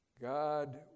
God